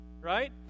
right